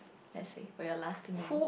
let's say for your last meal